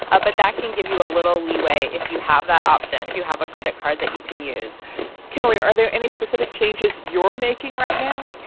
ah but that can give you a little leeway if you have that option, if you have a credit card that you can use kimberly, are are there any specific changes you're making right now?